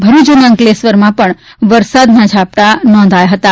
ભરૂચ અને અંકલેશ્વરમાં પણ વરસાદનાં ઝાપટાં નોંધાયા હતાં